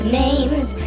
names